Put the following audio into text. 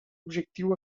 objectiu